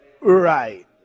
Right